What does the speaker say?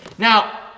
Now